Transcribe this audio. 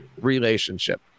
relationship